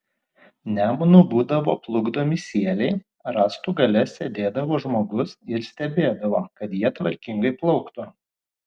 nemunu būdavo plukdomi sieliai rąstų gale sėdėdavo žmogus ir stebėdavo kad jie tvarkingai plauktų